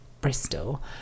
bristol